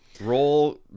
Roll